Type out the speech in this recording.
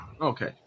Okay